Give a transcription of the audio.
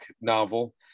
novel